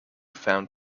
found